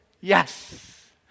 Yes